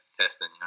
testing